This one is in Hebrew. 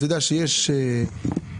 אתה יודע שיש אחד,